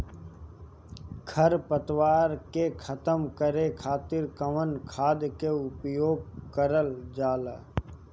खर पतवार के खतम करे खातिर कवन खाद के उपयोग करल जाई?